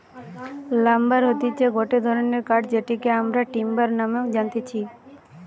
lumber হতিছে গটে ধরণের কাঠ যেটিকে আমরা টিম্বার নামেও জানতেছি